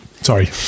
Sorry